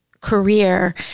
career